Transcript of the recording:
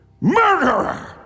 Murderer